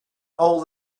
all